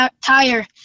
tire